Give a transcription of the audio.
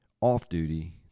off-duty